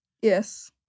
Yes